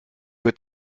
wird